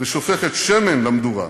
ושופכת שמן למדורה,